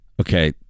okay